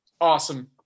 Awesome